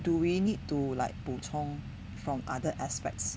do we need to like 补充 from other aspects